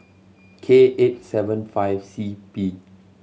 K eight seven five C P